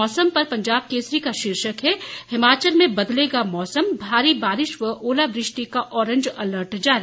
मौसम पर पंजाब केसरी का शीर्षक है हिमाचल में बदलेगा मौसम भारी बारिश व ओलावृष्टि का आरेंज अलर्ट जारी